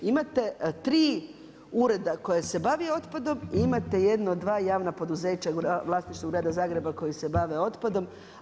Imate tri ureda koja se bave otpadom i imate jedno dva javna poduzeća u vlasništvu grada Zagreba koji se bave otpadom.